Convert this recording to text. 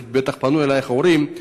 כי בטח פנו אלייך הורים.